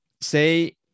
say